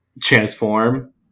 transform